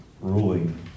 ruling